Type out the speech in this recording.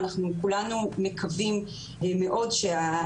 שאני לא יודעת מה מוצע שם.